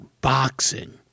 boxing